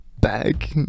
back